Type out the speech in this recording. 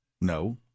No